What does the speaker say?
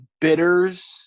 bitters